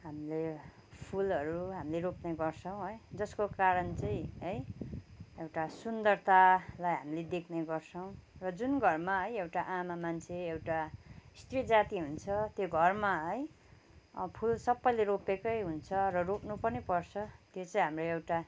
हामीले फुलहरू हामीले रोप्ने गर्छौँ है जसको कारण चाहिँ है एउटा सुन्दरतालाई हामी देख्ने गर्छौँ र जुन घरमा है एउटा आमा मान्छे एउटा स्त्री जाति हुन्छ त्यो घरमा है फुल सबैले रोपेकै हुन्छ र रोप्नु पनि पर्छ त्यो चाहिँ हाम्रो एउटा